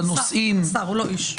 הוא לא איש.